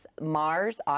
Mars